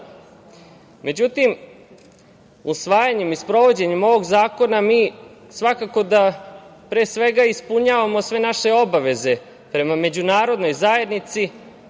Međutim, usvajanjem i sprovođenjem ovog zakona mi pre svega ispunjavamo sve naše obaveze prema međunarodnoj zajednici,